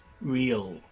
real